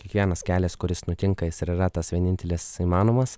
kiekvienas kelias kuris nutinka jis ir yra tas vienintelis įmanomas